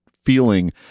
feeling